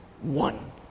one